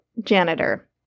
Janitor